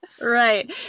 Right